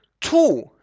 two